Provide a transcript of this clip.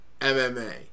MMA